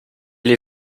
les